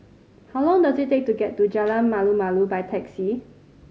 how long does it take to get to Jalan Malu Malu by taxi